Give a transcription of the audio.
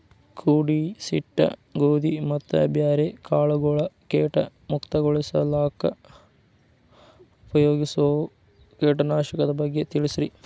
ಕೂಡಿಸಿಟ್ಟ ಗೋಧಿ ಮತ್ತ ಬ್ಯಾರೆ ಕಾಳಗೊಳ್ ಕೇಟ ಮುಕ್ತಗೋಳಿಸಾಕ್ ಉಪಯೋಗಿಸೋ ಕೇಟನಾಶಕದ ಬಗ್ಗೆ ತಿಳಸ್ರಿ